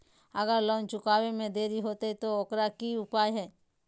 अगर लोन चुकावे में देरी होते तो ओकर की उपाय है?